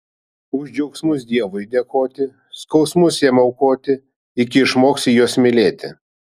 už džiaugsmus dievui dėkoki skausmus jam aukoki iki išmoksi juos mylėti